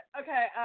Okay